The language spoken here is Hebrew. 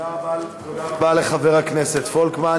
תודה רבה לחבר הכנסת פולקמן.